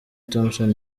thompson